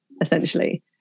essentially